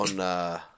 on